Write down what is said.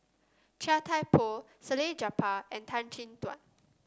Chia Thye Poh Salleh Japar and Tan Chin Tuan